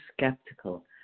skeptical